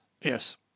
Yes